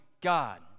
God